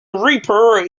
reaper